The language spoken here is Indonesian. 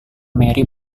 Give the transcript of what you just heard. mary